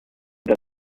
that